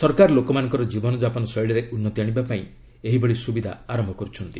ସରକାର ଲୋକମାନଙ୍କର ଜୀବନଯାପନ ଶୈଳୀରେ ଉନ୍ନତି ଆଣିବା ପାଇଁ ଏହି ସୁବିଧା ଆରମ୍ଭ କରୁଛନ୍ତି